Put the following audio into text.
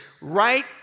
right